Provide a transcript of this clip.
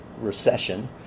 recession